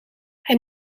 hij